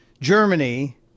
Germany